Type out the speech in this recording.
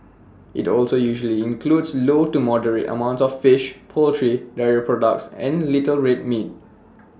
IT also usually includes low to moderate amounts of fish poultry dairy products and little red meat